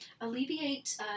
alleviate